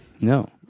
No